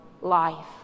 life